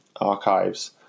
archives